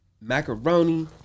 macaroni